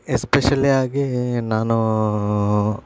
ಎಸ್ಪೆಶಲಿಯಾಗಿ ನಾನು